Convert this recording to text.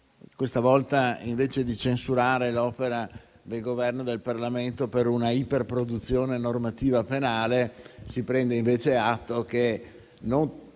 questa volta, invece di censurare l'opera del Governo e del Parlamento per una iperproduzione normativa penale, si prende invece atto che non